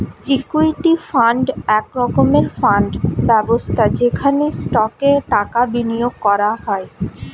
equity fund এক রকমের fund ব্যবস্থা যেখানে স্টকে টাকা বিনিয়োগ করা হয়